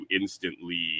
instantly